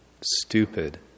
stupid